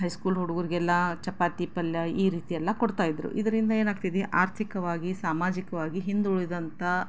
high school ಹುಡುಗರಿಗೆಲ್ಲ ಚಪಾತಿ ಪಲ್ಯ ಈ ರೀತಿಯೆಲ್ಲ ಕೊಡ್ತಾ ಇದ್ದರು ಇದರಿಂದ ಏನಾಗ್ತಿದೆ ಆರ್ಥಿಕವಾಗಿ ಸಾಮಾಜಿಕವಾಗಿ ಹಿಂದುಳಿದಂತಹ